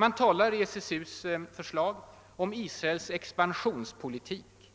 Man talar i SSU:s förslag om »Israels expansionspolitik«,